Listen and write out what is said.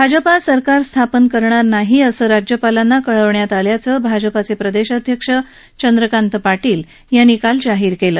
भाजपा सरकार स्थापन करणार नाही असं राज्यपालांना कळवण्यात आल्याचं भाजपाचे प्रदेशाध्यक्ष चंद्रकांत पार्पेल यांनी काल जाहीर केलं